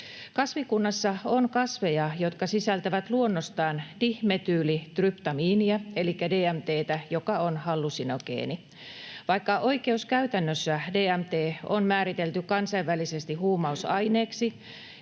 Kasvikunnassa on kasveja, jotka sisältävät luonnostaan dimetyylitryptamiinia elikkä DMT:tä, joka on hallusinogeeni. Vaikka oikeuskäytännössä DMT on määritelty kansainvälisesti huumausaineeksi,